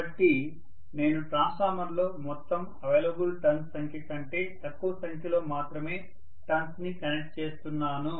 కాబట్టి నేను నా ట్రాన్స్ఫార్మర్లో మొత్తం అవైలబుల్ టర్న్స్ సంఖ్య కంటే తక్కువ సంఖ్యలో మాత్రమే టర్న్స్ ని కనెక్ట్ చేస్తున్నాను